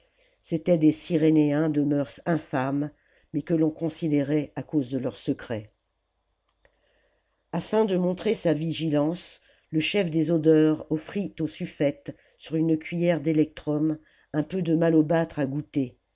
c'étaient des cyrénéens de mœurs infâmes mais que l'on considérait à cause de leurs secrets afin de montrer sa vigilance le chef des odeurs offrit au suffète sur une cuiller